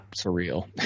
surreal